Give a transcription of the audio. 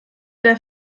der